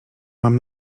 mam